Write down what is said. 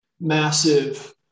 massive